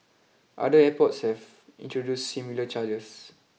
other airports have introduced similar charges